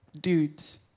dudes